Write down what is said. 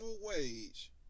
wage